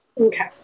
Okay